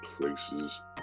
places